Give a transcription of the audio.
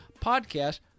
podcast